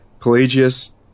Pelagius